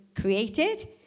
created